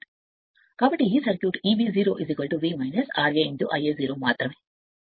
కాబట్టి ఈ circuit Eb 0 V ra Ia 0 మాత్రమే బ్యాక్ e mf ను కనుగొంటుంది